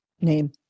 name